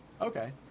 Okay